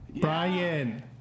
Brian